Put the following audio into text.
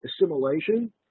assimilation